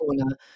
corner